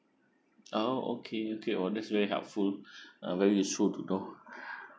oh okay okay oh that's very helpful uh very useful to know